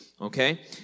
Okay